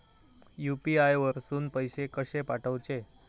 UPI वरसून पैसे कसे पाठवचे?